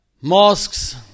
mosques